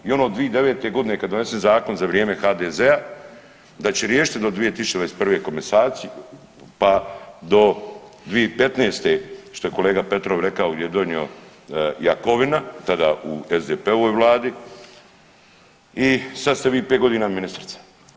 I ono od 2009. godine kad je donesen za vrijeme HDZ-a da će riješiti do 2021. komasaciju pa do 2015. što je kolega Petrov rekao gdje je donio Jakovina tada u SDP-ovoj vladi i sad ste vi 5 godina ministrica.